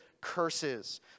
curses